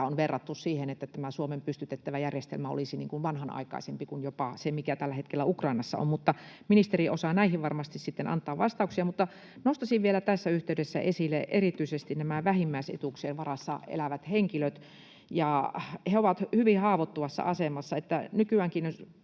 on verrattu siihen, että tämä Suomeen pystytettävä järjestelmä olisi jopa vanhanaikaisempi kuin se, mikä tällä hetkellä Ukrainassa on, mutta ministeri osaa näihin varmasti sitten antaa vastauksia. Nostaisin vielä tässä yhteydessä esille erityisesti nämä vähimmäisetuuksien varassa elävät henkilöt. He ovat hyvin haavoittuvassa asemassa. Nykyäänkin,